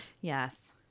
Yes